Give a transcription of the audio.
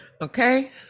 Okay